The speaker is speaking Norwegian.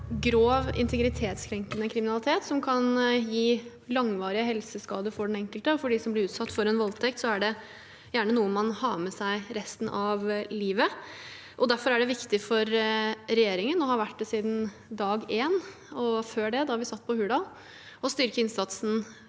grov integritetskrenkende kriminalitet som kan gi langvarige helseskader for den enkelte. For dem som blir utsatt for en voldtekt, er det gjerne noe man har med seg resten av livet. Derfor er det viktig for regjeringen – og har vært det siden dag én og før det, da vi satt på Hurdal – å styrke innsatsen